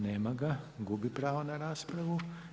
Nema ga, gubi pravo na raspravu.